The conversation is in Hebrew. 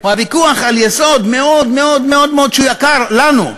הוא ויכוח על יסוד שהוא מאוד מאוד מאוד מאוד יקר לנו,